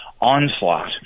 onslaught